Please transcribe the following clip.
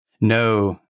No